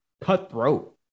cutthroat